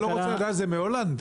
אתה לא רוצה לדעת שהיא מהולנד?